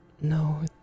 No